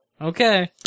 Okay